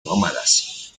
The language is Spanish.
nómadas